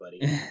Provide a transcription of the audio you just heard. buddy